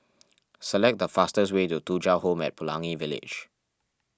select the fastest way to Thuja Home at Pelangi Village